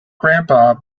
grandpa